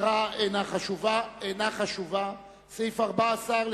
סיעת קדימה,